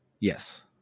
Yes